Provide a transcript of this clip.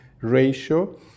ratio